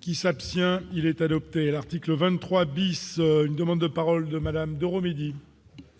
qui s'abstient, il est adopté l'article 23 10 une demande de paroles de Madame de remédier.